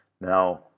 Now